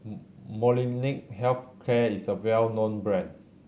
Molnylcke Health Care is a well known brand